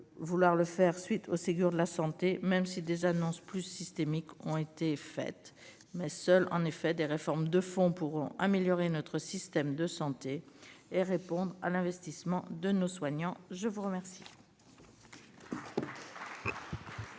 vouloir le faire à la suite du Ségur de la santé, même si des annonces plus systémiques ont été faites. Seules des réformes de fond pourront améliorer notre système de santé et répondre à l'investissement de nos soignants. La discussion